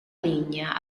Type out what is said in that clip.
lignea